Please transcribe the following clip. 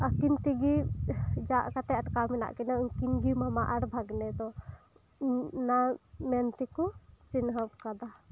ᱟᱹᱠᱤᱱᱛᱮᱜᱮ ᱡᱷᱟᱜ ᱠᱟᱛᱮᱫ ᱟᱴᱠᱟᱣ ᱢᱮᱱᱟᱜ ᱠᱤᱱᱟᱹ ᱩᱱᱠᱤᱱ ᱜᱮ ᱢᱟᱢᱟ ᱟᱨ ᱵᱷᱟᱜᱱᱮ ᱫᱚ ᱚᱱᱟ ᱢᱮᱱᱛᱮᱠᱚ ᱪᱤᱱᱦᱟᱹᱵ ᱟᱠᱟᱫᱟ